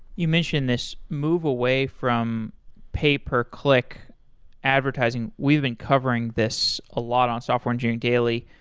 you mentioned this move away from pay per click advertising. we've been covering this a lot on software engineering daily,